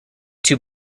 two